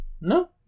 No